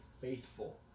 faithful